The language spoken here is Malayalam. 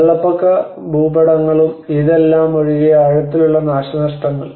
വെള്ളപ്പൊക്ക ഭൂപടങ്ങളും ഇതെല്ലാം ഒഴികെ ആഴത്തിലുള്ള നാശനഷ്ടങ്ങൾ